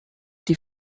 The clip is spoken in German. die